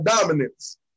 dominance